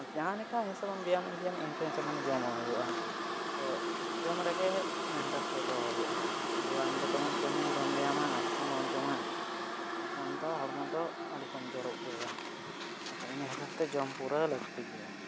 ᱡᱟᱦᱟᱸ ᱞᱮᱠᱟ ᱦᱮᱸᱥᱮ ᱵᱟᱝ ᱵᱮᱭᱟᱢ ᱤᱫᱤᱭᱟᱢ ᱤᱱᱠᱟᱹ ᱦᱤᱥᱟᱹᱵᱽ ᱡᱚᱢ ᱦᱩᱭᱩᱜᱼᱟ ᱛᱚ ᱡᱚᱢ ᱨᱮᱜᱮ ᱢᱮᱱᱴᱮᱱ ᱫᱚ ᱫᱚᱦᱚ ᱦᱩᱭᱩᱜᱼᱟ ᱡᱮ ᱟᱢᱫᱚ ᱫᱚᱢᱮᱢ ᱠᱟᱹᱢᱤᱭᱟ ᱫᱚᱢᱮᱢ ᱵᱮᱭᱟᱢᱟ ᱟᱨ ᱡᱚᱢ ᱫᱚ ᱵᱟᱢ ᱡᱚᱢᱟ ᱮᱸᱰᱮᱠᱷᱟᱱ ᱫᱚ ᱦᱚᱲᱢᱚ ᱫᱚ ᱟᱹᱰᱤ ᱠᱚᱢᱡᱳᱨᱳᱜ ᱜᱮᱭᱟ ᱤᱱᱟᱹ ᱦᱤᱥᱟᱹᱵᱽᱛᱮ ᱡᱚᱢ ᱯᱩᱨᱟᱹᱣ ᱞᱟᱹᱠᱛᱤ ᱜᱮᱭᱟ